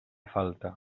falta